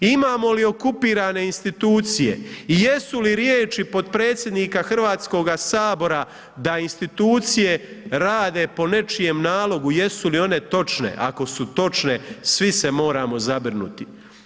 Imamo li okupirane institucije i jesu li riječi potpredsjednika Hrvatskoga sabora da institucije rade po nečijem nalogu jesu li one točne, ako su točne svi se moramo zabrinuti.